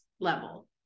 level